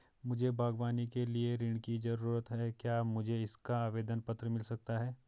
मुझे बागवानी के लिए ऋण की ज़रूरत है क्या मुझे इसका आवेदन पत्र मिल सकता है?